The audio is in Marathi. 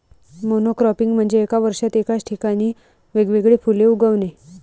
मोनोक्रॉपिंग म्हणजे एका वर्षात एकाच ठिकाणी वेगवेगळी फुले उगवणे